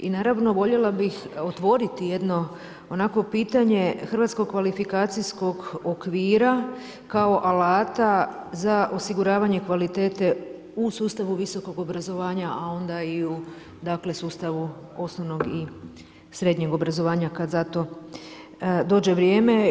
I naravno voljela bih otvoriti jedno onako pitanje Hrvatskog kvalifikacijskog okvira kao alata za osiguravanje kvalitete u sustavu visokog obrazovanja a onda i u sustavu osnovnog i srednjeg obrazovanja kad za to dođe vrijeme.